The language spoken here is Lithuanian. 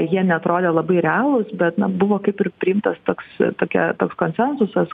jie neatrodė labai realūs bet na buvo kaip ir priimtas toks tokia toks konsensusas